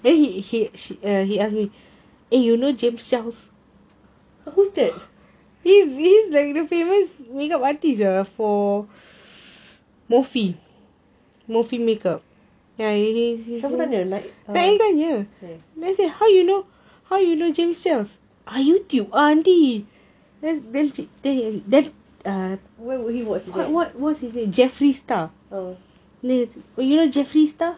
who's that siapa tanya